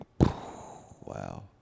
wow